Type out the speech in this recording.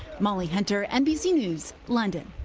molly hunter, nbc news, london.